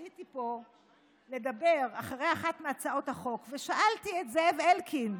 עליתי לדבר אחרי אחת מהצעות החוק ושאלתי את זאב אלקין,